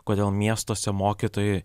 kodėl miestuose mokytojai